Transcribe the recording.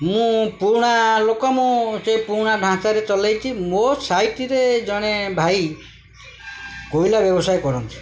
ମୁଁ ପୁରୁଣା ଲୋକ ମୁଁ ସେ ପୁରୁଣା ଢାଞ୍ଚାରେ ଚଲେଇଛି ମୋ ସାଇଡ଼୍ରେ ଜଣେ ଭାଇ କୋଇଲା ବ୍ୟବସାୟ କରନ୍ତି